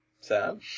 Sam